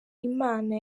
imana